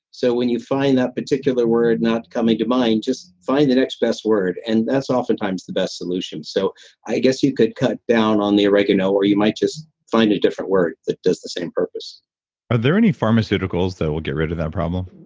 so when you find that particular word not coming to mind, just find the next best word. and that's oftentimes the best solution. so i guess you could cut down on the oregano, or you might just find a different word that does the same purpose are there any pharmaceuticals that will get rid of that problem?